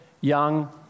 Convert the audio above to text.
young